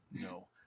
no